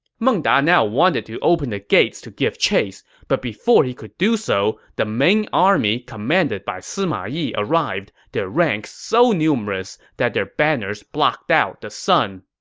meng da now wanted to open the gates to give chase, but before he could do that, so the main army commanded by sima yi arrived, their ranks so numerous that their banners blocked out the sun